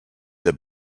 that